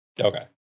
Okay